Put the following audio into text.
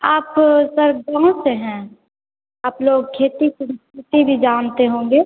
आप सर दोनों से हैं आप लोग खेती खेती भी जानते होंगे